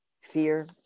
Fear